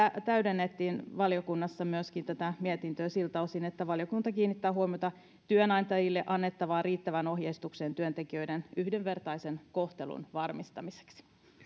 täydennettiin valiokunnassa myöskin tätä mietintöä siltä osin että valiokunta kiinnitti huomiota työnantajille annettavaan riittävään ohjeistukseen työntekijöiden yhdenvertaisen kohtelun varmistamiseksi